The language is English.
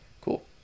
Cool